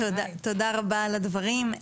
תודה רבה על הדברים.